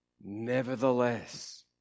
nevertheless